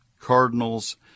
cardinals